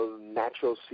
natural